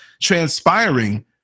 transpiring